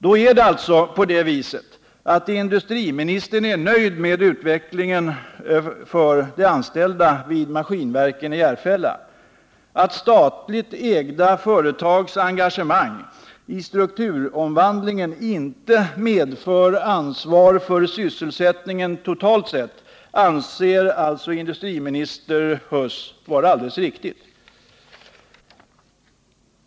Då är alltså industriministern nöjd med utvecklingen för de anställda vid Maskinverken i Järfälla. Att statligt ägda företags engagemang i strukturomvandlingen inte medför ansvar för sysselsättningen totalt sett anser alltså industriminister Huss vara alldeles riktigt.